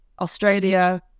Australia